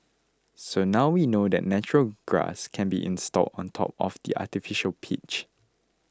so now we know that natural grass can be installed on top of the artificial pitch